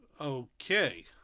Okay